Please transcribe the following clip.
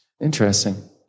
interesting